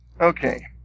Okay